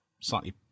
slightly